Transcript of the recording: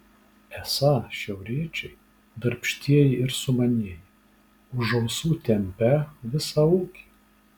esą šiauriečiai darbštieji ir sumanieji už ausų tempią visą ūkį